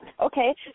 Okay